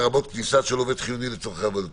לרבות כניסה של עובד חיוני לצורכי עבודתו",